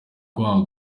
kwanka